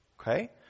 Okay